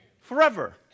Forever